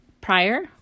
prior